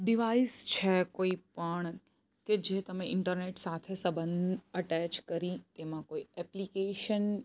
device છે કોઈ પણ કે જે તમે ઈન્ટરનેટ સાથે સંબંધ અટેચ કરી તેમાં કોઈ એપ્લિકેશન